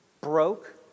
broke